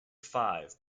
five